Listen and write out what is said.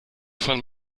von